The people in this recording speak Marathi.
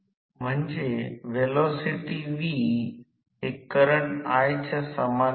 आता हे प्रमाण इंडक्शन मशीन मध्ये स्लिप च्या सामान्य श्रेणीत अगदी अंदाजे स्वीकार्य आहे